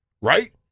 right